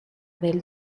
del